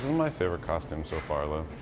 my favorite costume so far, liv.